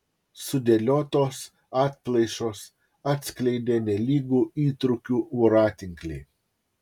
sudėliotos atplaišos atskleidė nelygų įtrūkių voratinklį